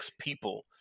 people